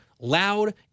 loud